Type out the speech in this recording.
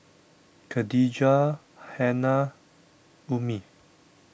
Khadija Hana Ummi